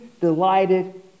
delighted